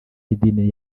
y’idini